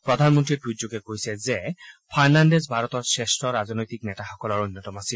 প্ৰধানমন্ত্ৰীয়ে টুইটযোগে কৈছে যে ফাৰ্ণাণ্ডেজ ভাৰতৰ শ্ৰেষ্ঠ ৰাজনৈতিক ৰাজনৈতিক নেতাসকলৰ অন্যতম আছিল